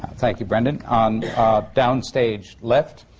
thank you, brendan. um and downstage left